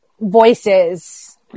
voices